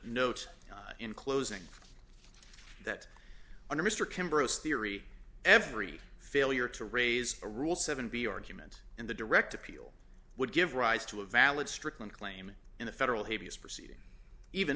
note in closing that under mr kember theory every failure to raise a rule seven b argument and the direct appeal would give rise to a valid strickland claim in a federal habeas proceeding even